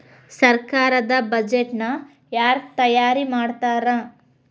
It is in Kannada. ಸರ್ಕಾರದ್ ಬಡ್ಜೆಟ್ ನ ಯಾರ್ ತಯಾರಿ ಮಾಡ್ತಾರ್?